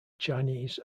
chinese